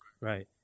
Right